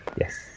Yes